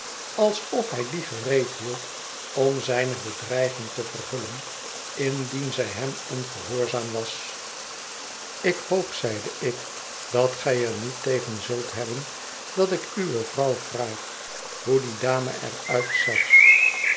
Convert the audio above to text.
alsof hij die gereed hield om zijne bedreiging te vervullen indien zij hem ongehoorzaam was ik hoop zeide ik dat gij er niet tegen zult hebben dat ik uwe vrouw vraag hoe die dame eruitzag